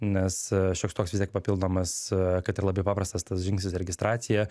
nes šioks toks vis tiek papildomas kad ir labai paprastas tas žingsnis registracija